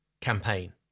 campaign